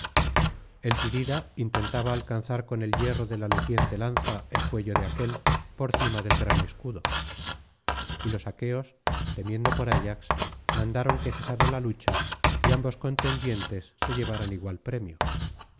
el tidida intentaba alcanzar con el hierro de la luciente lanza el cuello de aquél por cima del gran escudo y los aqueos temiendo por ayax mandaron que cesara la lucha y ambos contendientes se llevaran igual premio